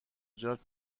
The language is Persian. جات